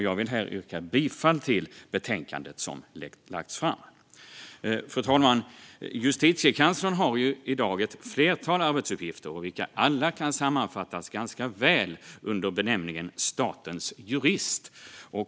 Jag yrkar härmed bifall till utskottets förslag. Fru talman! Justitiekanslern har i dag ett flertal arbetsuppgifter, vilka alla kan sammanfattas ganska väl under benämningen statens jurist.